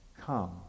come